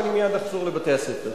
ואני מייד אחזור לבתי-הספר.